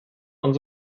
und